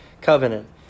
covenant